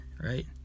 right